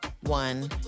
one